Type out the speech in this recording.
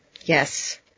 Yes